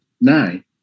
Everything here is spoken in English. nine